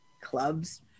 clubs